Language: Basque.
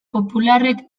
popularrek